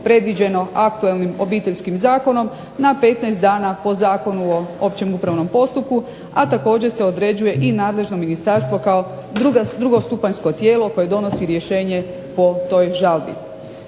predviđeno aktualnim Obiteljskim zakonom na 15 dana po Zakonu o općem upravnom postupku, a također se određuje i nadležno Ministarstvo kao drugostupanjsko tijelo koje donosi rješenje po toj žalbi.